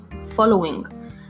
following